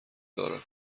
دارم